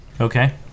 Okay